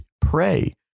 pray